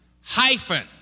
hyphen